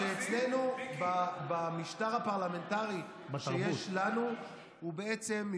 שאצלנו המשטר הפרלמנטרי שיש לנו, בתרבות.